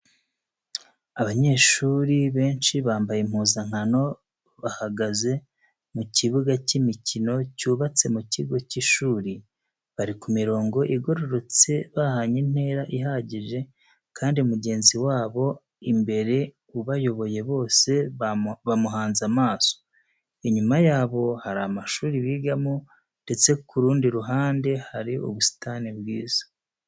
Abanyeshuri benshi bambaye impuzankano bahagaze mu kibuga cy'imikino cyubatse mu kigo cy'ishuri, bari ku mirongo igororotse bahanye intera ihagije hari mugenzi wabo imbere ubayoboye bose bamuhanze amaso, inyuma yabo hari amashuri bigamo ndetse ku rundi ruhande hari ubusitani bwiza.